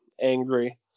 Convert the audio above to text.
angry